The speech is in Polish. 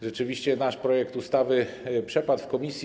Rzeczywiście nasz projekt ustawy przepadł w komisji.